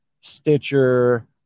Stitcher